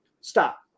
stop